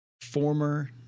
Former